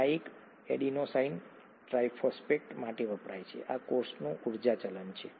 આ આ adenosine triphosphate માટે વપરાય છે આ કોષનું ઊર્જા ચલણ છે